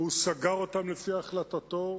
הוא סגר אותם לפי החלטתו.